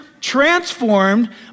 Transformed